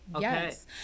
Yes